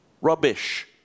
rubbish